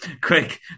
quick